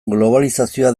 globalizazioa